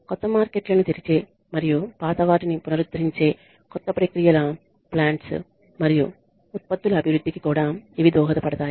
కొత్త మార్కెట్లను తెరిచే మరియు పాత వాటిని పునరుద్ధరించే కొత్త ప్రక్రియల ప్లాంట్స్ మరియు ఉత్పత్తుల అభివృద్ధికి కూడా ఇవి దోహదపడతాయి